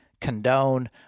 condone